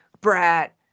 brat